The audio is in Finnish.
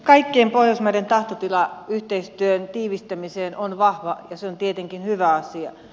kaikkien pohjoismaiden tahtotila yhteistyön tiivistämiseen on vahva ja se on tietenkin hyvä asia